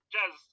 Jazz